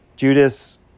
Judas